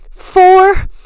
Four